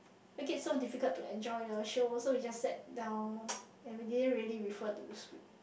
make it so difficult to enjoy so we just sat down and we didn't really refer to the script